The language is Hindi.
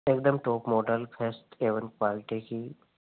एकदम टॉप मोडल क्वालिटी की